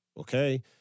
okay